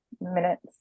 minutes